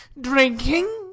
DRINKING